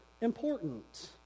important